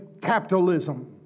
capitalism